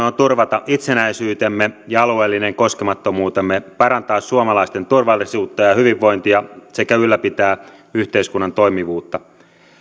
on turvata itsenäisyytemme ja alueellinen koskemattomuutemme parantaa suomalaisten turvallisuutta ja ja hyvinvointia sekä ylläpitää yhteiskunnan toimivuutta